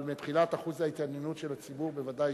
אבל מבחינת אחוז ההתעניינות של הציבור, בוודאי